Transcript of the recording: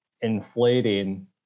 inflating